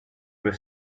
were